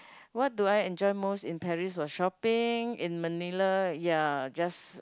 what do I enjoy most in Paris was shopping in Manila ya just